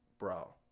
bro